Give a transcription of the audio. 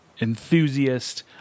enthusiast